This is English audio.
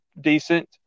decent